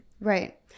Right